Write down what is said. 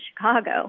Chicago